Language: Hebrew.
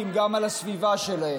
כי אם גם על הסביבה שלהם.